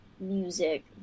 music